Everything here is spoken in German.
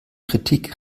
kritik